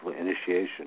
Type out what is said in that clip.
initiation